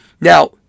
Now